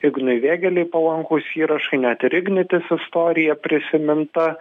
ignui vėgėlei palankūs įrašai net ir ignitis istorija prisiminta